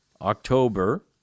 october